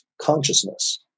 consciousness